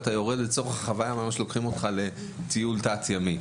ולצורך החוויה ממש לוקחים אותך לטיול תת-ימי.